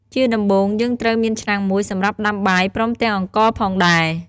ជាដំបូង យើងត្រូវមានឆ្នាំងមួយសម្រាប់ដាំបាយ ព្រមទាំងអង្ករផងដែរ។